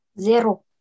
Zero